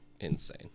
insane